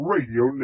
Radio